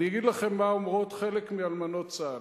אני אגיד לכם מה אומרות חלק מאלמנות צה"ל,